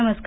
नमस्कार